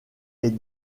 est